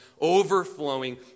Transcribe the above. overflowing